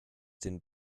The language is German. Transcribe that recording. den